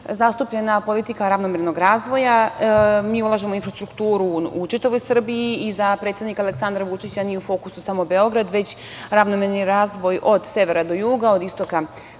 zastupljena politika ravnomernog razvoja. Mi ulažemo u infrastrukturu u čitavoj Srbiji i za predsednika Aleksandra Vučića nije u fokusu samo Beograd, već ravnomerni razvoj od severa do juga, od istoka ka